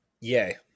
Yay